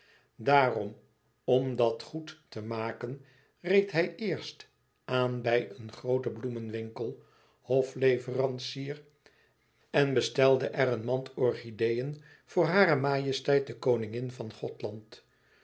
daarom om dat goed te maken reed hij eerst aan bij een grooten bloemenwinkel hofleverancier en bestelde er een mand orchideeën voor hare majesteit de koningin van gothland